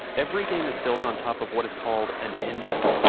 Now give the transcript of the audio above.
every game is built on top of what is called, and engine.